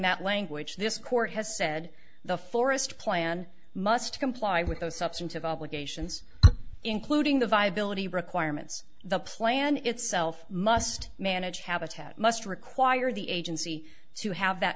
that language this court has said the forest plan must comply with the substantive obligations including the viability requirements the plan itself must manage habitat must require the agency to have that